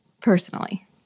Personally